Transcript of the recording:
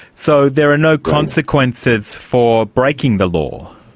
so there are no consequences for breaking the law.